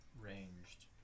ranged